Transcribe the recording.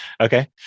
Okay